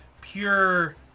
pure